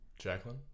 Jacqueline